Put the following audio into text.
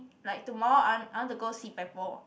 like tomorrow I want I want to go Si-Pai-Por